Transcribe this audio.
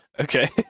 Okay